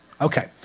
Okay